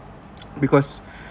because